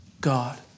God